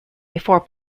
before